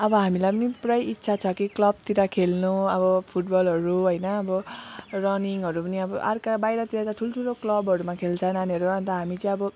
अब हामीलाई पनि पुरै इच्छा छ कि क्लबतिर खेल्नु अब फुटबलहरू होइन अब रनिङहरू पनि अब अर्को बाहिरतिर त ठुल्ठुलो क्लबहरूमा खेल्छ नानीहरू अन्त हामी चाहिँ अब